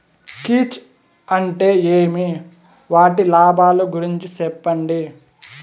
కీచ్ అంటే ఏమి? వాటి లాభాలు గురించి సెప్పండి?